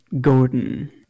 Gordon